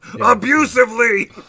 Abusively